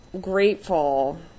grateful